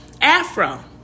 afro